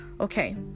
Okay